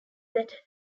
that